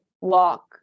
walk